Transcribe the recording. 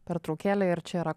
pertraukėlę ir čia yra